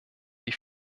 die